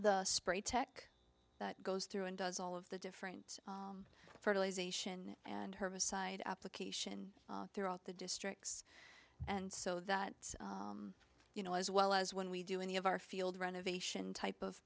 the spray tech that goes through and does all of the different fertilization and herbicide application throughout the districts and so that you know as well as when we do any of our field renovation type of